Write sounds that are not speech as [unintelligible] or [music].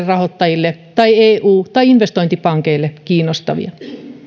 [unintelligible] rahoittajille tai eulle tai investointipankeille kiinnostavia